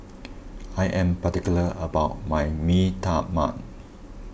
I am particular about my Mee Tai Mak